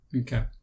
Okay